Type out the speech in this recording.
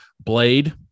Blade